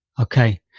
Okay